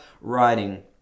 writing